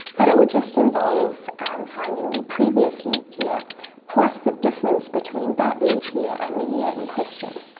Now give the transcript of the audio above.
but it would just involve finding the previous leap year plus the difference between that leap year and the year in question.